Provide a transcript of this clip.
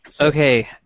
Okay